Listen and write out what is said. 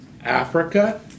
Africa